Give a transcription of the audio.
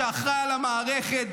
שאחראי על המערכת,